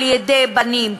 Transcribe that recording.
על-ידי בנים,